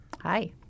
Hi